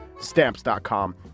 Stamps.com